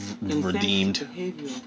redeemed